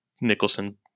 Nicholson